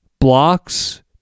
blocks